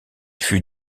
fut